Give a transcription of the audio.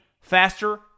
faster